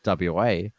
WA